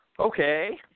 Okay